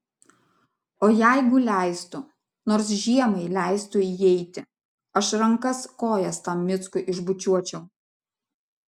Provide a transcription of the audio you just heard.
o jeigu leistų nors žiemai leistų įeiti aš rankas kojas tam mickui išbučiuočiau